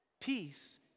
Peace